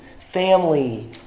family